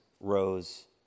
rose